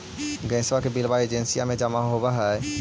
गैसवा के बिलवा एजेंसिया मे जमा होव है?